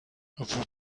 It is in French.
vous